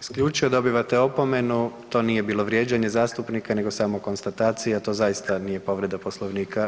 isključio dobivate opomenu, to nije bilo vrijeđanje zastupnika nego samo konstatacija, to zaista nije povreda Poslovnika.